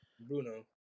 Bruno